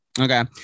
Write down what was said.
Okay